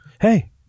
hey